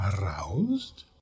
Aroused